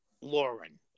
Lauren